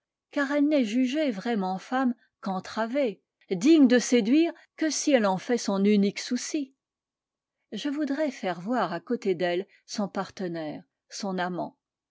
car elle n'est jugée vraiment femme qu'entravée digne de séduire que si elle en fait son unique souci je voudrais faire voir à côté d'elle son partenaire son amant